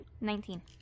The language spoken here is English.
Nineteen